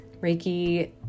Reiki